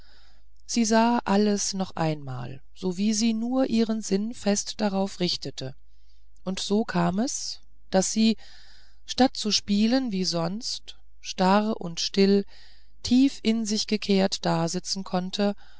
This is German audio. sie sah alles noch einmal sowie sie nur ihren sinn fest darauf richtete und so kam es daß sie statt zu spielen wie sonst starr und still tief in sich gekehrt dasitzen konnte